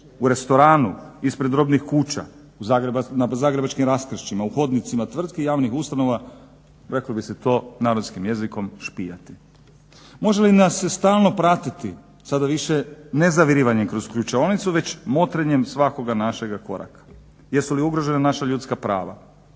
u restoranu, ispred robnih kuća, na zagrebačkih raskršćima, na hodnicima tvrtki, javnih ustanova reklo bi se to narodskim jezikom špijati. Može li nas se stalno pratiti? Sada više ne zavirivanjem kroz ključaonicu već motrenjem svakoga našega koraka. Jesu li ugrožena naša ljudska prava?